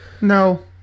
No